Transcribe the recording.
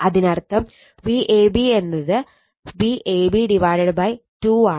അതിനർത്ഥം ഈ Vab എന്നത് Vab 2 ആണ്